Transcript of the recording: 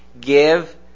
give